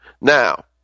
now